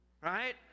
right